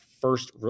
first